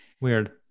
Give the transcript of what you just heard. Weird